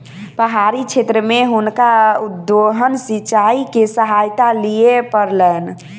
पहाड़ी क्षेत्र में हुनका उद्वहन सिचाई के सहायता लिअ पड़लैन